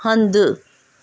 हंधु